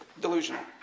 delusional